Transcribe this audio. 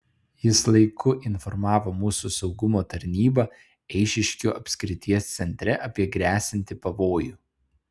jis laiku informavo mūsų saugumo tarnybą eišiškių apskrities centre apie gresianti pavojų